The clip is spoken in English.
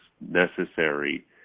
necessary